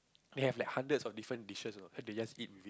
they have like hundreds of different dishes you know and they just eat